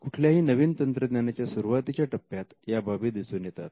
कुठल्याही नवीन तंत्रज्ञानाच्या सुरुवातीच्या टप्प्यात या बाबी दिसून येतात